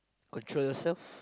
control yourself